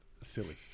Silly